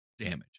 damage